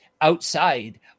outside